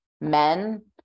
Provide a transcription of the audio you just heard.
men